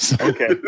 Okay